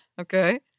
Okay